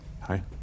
Hi